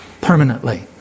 permanently